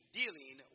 dealing